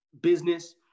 business